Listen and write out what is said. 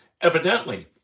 evidently